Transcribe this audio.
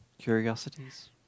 Curiosities